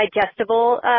digestible